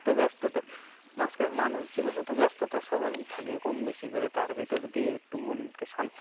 তো ব্যস্ততা আজকাল মানুষ জীবনে তো ব্যস্ততা সবারই থাকে কম বেশি করে তার ভিতর দিয়ে একটু মনকে শান্ত